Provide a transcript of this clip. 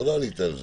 אבל לא עלית על זה.